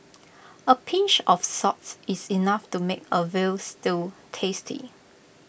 A pinch of salts is enough to make A Veal Stew tasty